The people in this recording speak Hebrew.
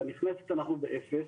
בנכנסת אנחנו באפס.